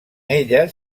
elles